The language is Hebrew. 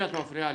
עמדות.